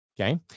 okay